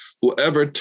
Whoever